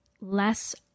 less